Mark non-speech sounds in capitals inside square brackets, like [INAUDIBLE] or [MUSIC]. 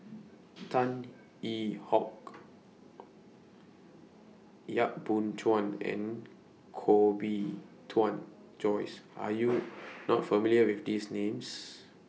[NOISE] Tan Yee Hong Yap Boon Chuan and Koh Bee Tuan Joyce Are YOU [NOISE] not familiar with These Names